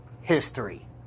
history